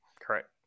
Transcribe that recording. Correct